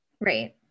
Right